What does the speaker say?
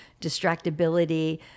distractibility